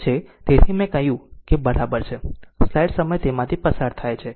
તેથી મેં જે કાંઈ કહ્યું તે બરાબર છે સ્લાઇડ સમય તેમાંથી પસાર થાય છે